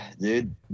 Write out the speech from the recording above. dude